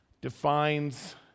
defines